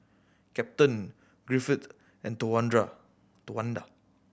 Captain Griffith and Towanda